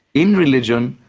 in religion,